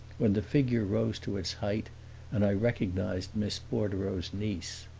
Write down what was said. when the figure rose to its height and i recognized miss bordereau's niece.